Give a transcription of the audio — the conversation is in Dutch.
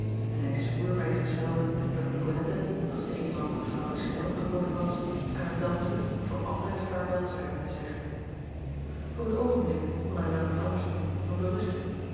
en hij zwoer bij zich zelven dat icolette als zij eenmaal evrouw nel geworden was aan het dansen voor altijd vaarwel zou hebben te zeggen oor het oogenblik kon hij wel niet anders doen dan berusten